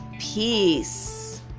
peace